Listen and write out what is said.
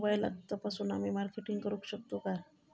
मोबाईलातसून आमी मार्केटिंग करूक शकतू काय?